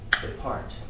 depart